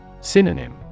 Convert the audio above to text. Synonym